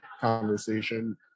conversation